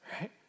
right